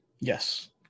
Yes